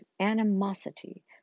animosity